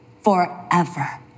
forever